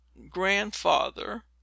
grandfather